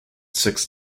six